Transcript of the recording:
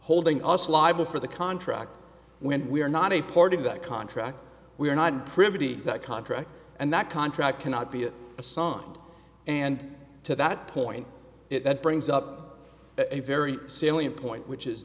holding us libel for the contract when we are not a part of that contract we are not privy to that contract and that contract cannot be a song and to that point it brings up a very salient point which is